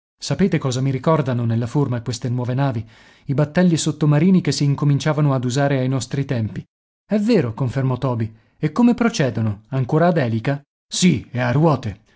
che cosa mi ricordano nella forma queste nuove navi i battelli sottomarini che si incominciavano ad usare ai nostri tempi è vero confermò toby e come procedono ancora ad elica sì e a ruote